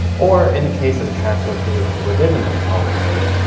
or in the case of a track located within the metropolitan area,